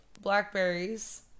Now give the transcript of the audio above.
blackberries